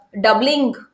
doubling